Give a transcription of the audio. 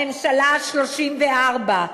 הממשלה ה-34,